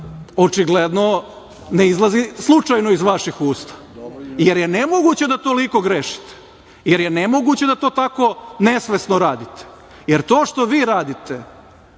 očigledno ne izlazi slučajno iz vaših usta, jer je nemoguće da toliko grešite, jer je nemoguće da to tako nesvesno radite, jer to što vi radite,